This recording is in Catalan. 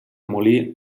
molí